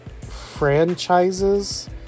franchises